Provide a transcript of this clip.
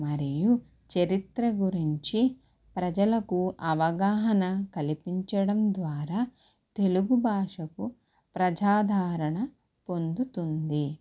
మరియు చరిత్ర గురించి ప్రజలకు అవగాహన కల్పించడం ద్వారా తెలుగుభాషకు ప్రజాదరణ పొందుతుంది